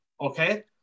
okay